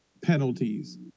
penalties